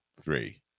three